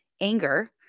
anger